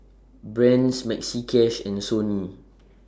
Brand's Maxi Cash and Sony